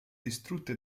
distrutte